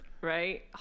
right